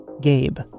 Gabe